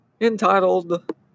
entitled